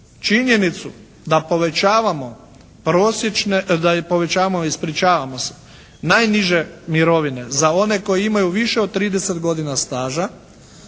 povećamo ispričavamo se najniže mirovine za one koji imaju više od 30 godina staža.